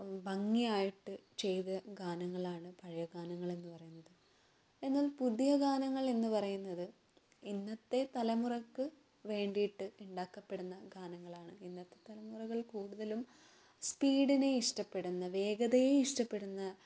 ഭംഗിയായിട്ട് ചെയ്ത ഗാനങ്ങളാണ് പഴയ ഗാനങ്ങൾ എന്ന് പറയുന്നത് എന്നാൽ പുതിയ ഗാനങ്ങൾ എന്ന് പറയുന്നത് ഇന്നത്തെ തലമുറക്ക് വേണ്ടീട്ട് ഉണ്ടാക്കപ്പെടുന്ന ഗാനങ്ങളാണ് ഇന്നത്തെ തലമുറകൾ കൂടുതലും സ്പീഡിനെ ഇഷ്ടപ്പെടുന്ന വേഗതയെ ഇഷ്ടപ്പെടുന്ന